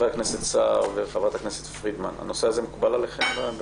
הנושא הזה מקובל עליכם?